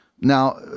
Now